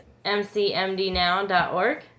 mcmdnow.org